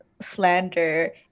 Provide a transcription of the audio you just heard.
Slander